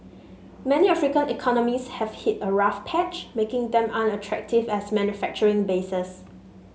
many African economies have hit a rough patch making them unattractive as manufacturing bases